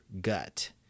gut